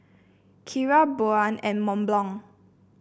Akira Braun and Mont Blanc